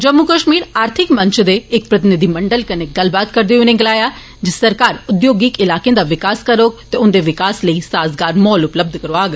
जम्मू कश्मीर आर्थिक मंच दे इक प्रतिनिधिमंडल कन्नै गल्ल करदे होई उनें गलाया जे सरकार उद्योगिक इलाके दा विकास करोग ते उंदे विकास लेई साजगार माहौल उपलब्य करोआग